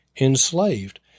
enslaved